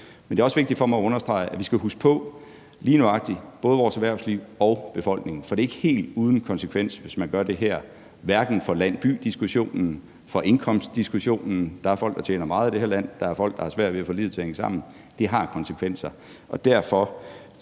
Men det er også vigtigt for mig at understrege, at vi skal huske på lige nøjagtig vores erhvervsliv og befolkningen, for det er ikke helt uden konsekvens, hvis man gør det her, hverken for land-by-diskussionen eller for indkomstdiskussionen, for der er folk, der tjener meget i det her land, og der er folk, der har svært ved at få livet til at hænge sammen. Det har konsekvenser.